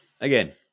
again